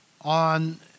on